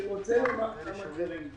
אני רוצה לומר כמה דברים.